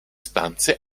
stanze